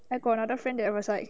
I got another friend that was like